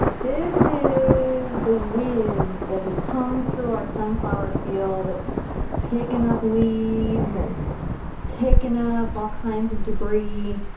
this is the wind that has come through our sunflower field that's picking up leaves and picking up all kinds of debri.